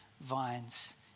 vines